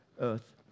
earth